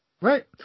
right